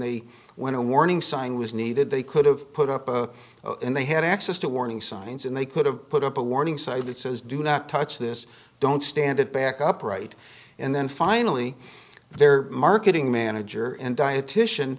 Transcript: they when a warning sign was needed they could have put up and they had access to warning signs and they could have put up a warning sign that says do not touch this don't stand it back upright and then finally their marketing manager and dietitian